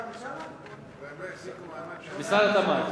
הם לא החזיקו מעמד, משרד התמ"ת,